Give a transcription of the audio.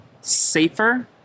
safer